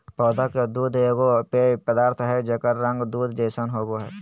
पौधा के दूध एगो पेय पदार्थ हइ जेकर रंग दूध जैसन होबो हइ